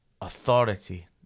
authority